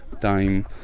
time